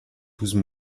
douze